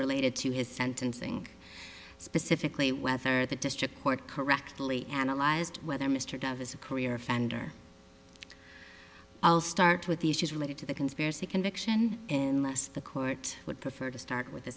related to his sentencing specifically whether the district court correctly analyzed whether mr dove is a career offender i'll start with the issues related to the conspiracy conviction and less the court would prefer to start with